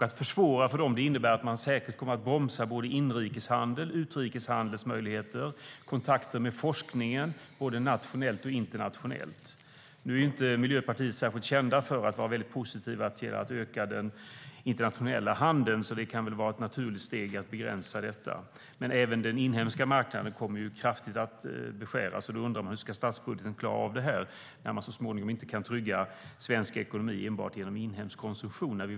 Att försvåra för dem innebär att man säkert kommer att bromsa både inrikes och utrikeshandelns möjligheter och kontakter med forskningen både nationellt och internationellt. Nu är inte Miljöpartiet särskilt känt för att vara väldigt positivt till att öka den internationella handeln, så det kan väl vara ett naturligt steg i att begränsa detta. Men även den inhemska marknaden kommer kraftigt att beskäras, och då undrar man hur statsbudgeten ska klara av detta när man så småningom inte kan trygga svensk ekonomi enbart genom inhemsk konsumtion.